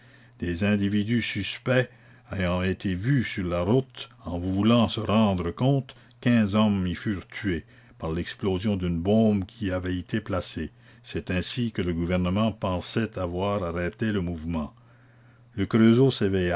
des individus suspects ayant été vus sur la route en voulant se rendre compte quinze hommes y furent tués par l'explosion la commune d'une bombe qui y avait été placée c'est ainsi que le gouvernement pensait avoir arrêté le mouvement le creusot